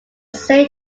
saint